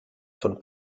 von